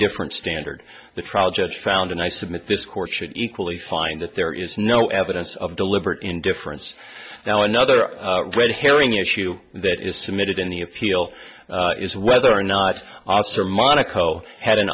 indifference standard the trial judge found and i submit this court should equally find that there is no evidence of deliberate indifference now another red herring issue that is submitted in the appeal is whether or not officer monaco had an